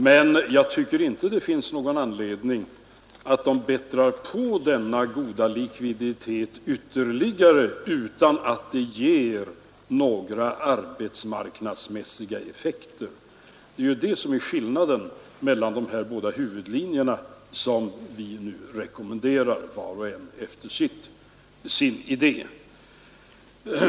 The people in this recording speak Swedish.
Men jag tycker inte att det finns någon anledning att de bättrar på denna goda likviditet utan att det ger några arbetsmarknadsmässiga effekter. Det är detta som är skillnaden mellan de båda huvudlinjer som vi var och en efter vår idé rekommenderar.